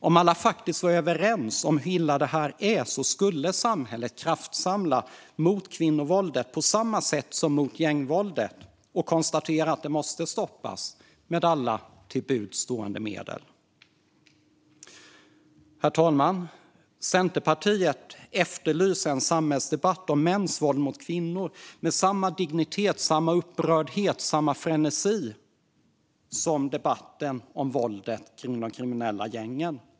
Om alla faktiskt var överens om hur illa det här är skulle samhället kraftsamla mot våldet mot kvinnor på samma sätt som mot gängvåldet och konstatera att det måste stoppas med alla till buds stående medel. Herr talman! Centerpartiet efterlyser en samhällsdebatt om mäns våld mot kvinnor, med samma dignitet, upprördhet och frenesi som debatten om våldet från de kriminella gängen.